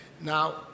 Now